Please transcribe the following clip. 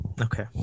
Okay